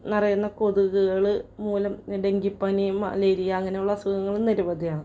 നിറയുന്ന കൊതുകുകൾ മൂലം ഡെങ്കിപ്പനി മലേറിയ അങ്ങനെയുള്ള അസുഖങ്ങളും നിരവധിയാണ്